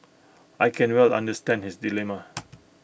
I can well understand his dilemma